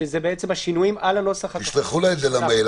שזה בעצם השינויים על הנוסח הכחול --- תשלחו לה את זה במייל.